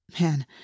Man